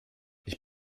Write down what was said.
ich